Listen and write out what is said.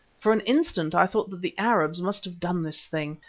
for an instant i thought that the arabs must have done this thing.